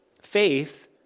faith